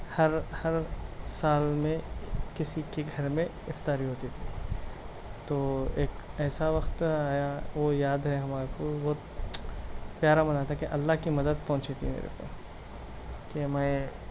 ہر ہر سال میں کسی کے گھر میں افطاری ہوتی تھی تو ایک ایسا وقت آیا وہ یاد ہے ہمارے کو وہ بہت پیارا بنا تھا کہ اللہ کی مدد پہنچی تھی میرے کو کہ میں